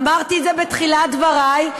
אמרתי את זה בתחילת דברי,